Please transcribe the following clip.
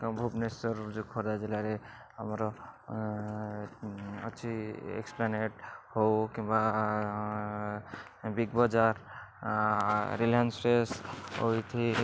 ଭୁବନେଶ୍ୱରର ଯେଉଁ ଖୋର୍ଦ୍ଧା ଜିଲ୍ଲାରେ ଆମର ଅଛି ଏକ୍ସପ୍ଲାନେଡ଼୍ ହଉ କିମ୍ବା ବିଗ୍ ବଜାର୍ ରିଲିଆନ୍ସ୍ ଫ୍ରେଶ୍ ଉଇଥି